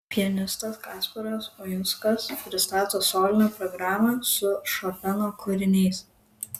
pianistas kasparas uinskas pristato solinę programą su šopeno kūriniais